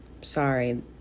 sorry